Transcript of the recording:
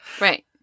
right